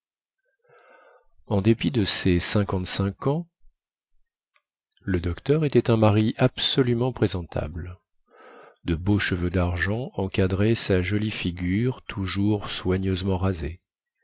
en dépit de ses cinquante-cinq ans le docteur était un mari absolument présentable de beaux cheveux dargent encadraient sa jolie figure toujours soigneusement rasée